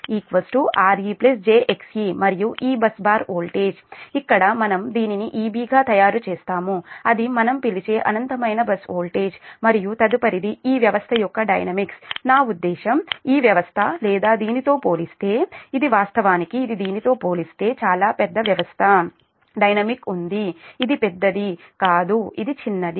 Zeq re j xe మరియు ఈ bus bar voltage ఇక్కడ మనం దీనిని EB గా తయారుచేస్తాము అది మనం పిలిచే అనంతమైన బస్ వోల్టేజ్ మరియు తదుపరిది ఈ వ్యవస్థ యొక్క డైనమిక్స్ నా ఉద్దేశ్యం ఈ వ్యవస్థ లేదా దీనితో పోలిస్తే ఇది వాస్తవానికి ఇది దీనితో పోలిస్తే చాలా పెద్ద వ్యవస్థ డైనమిక్ ఉంది ఇది పెద్దది కాదు ఇది చిన్నది